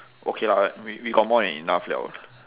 okay lah we we got more than enough [liao]